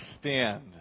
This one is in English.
stand